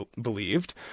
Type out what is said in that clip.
believed